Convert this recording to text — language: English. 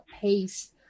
pace